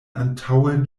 antaŭe